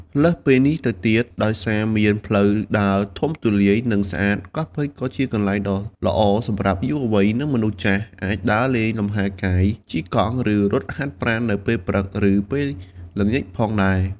លើសពីនេះទៅទៀត ដោយសារមានផ្លូវដើរធំទូលាយ និងស្អាត កោះពេជ្រក៏ជាកន្លែងដ៏ល្អសម្រាប់យុវវ័យ និងមនុស្សចាស់អាចដើរលេងលំហែកាយ ជិះកង់ ឬរត់ហាត់ប្រាណនៅពេលព្រឹក ឬពេលល្ងាចផងដែរ។